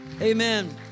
Amen